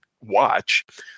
watch